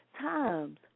times